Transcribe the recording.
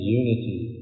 unity